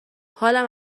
حالم